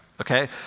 okay